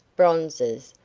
bronzes,